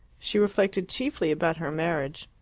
she reflected chiefly about her marriage.